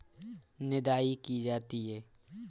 निदाई की जाती है?